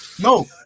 no